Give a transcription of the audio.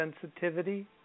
sensitivity